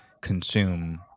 consume